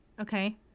Okay